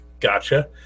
Gotcha